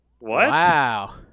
Wow